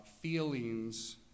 feelings